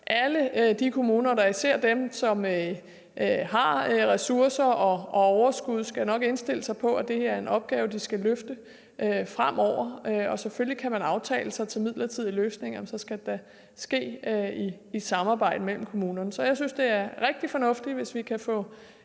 Alle de kommuner, og da især dem, som har ressourcer og overskud, skal nok indstille sig på, at det her er en opgave, de skal løfte fremover. Og selvfølgelig kan man aftale sig til midlertidige løsninger, men så skal det da ske i et samarbejde mellem kommunerne. Så jeg synes, det er rigtig fornuftigt, hvis vi kan få